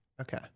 Okay